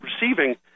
receiving